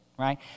right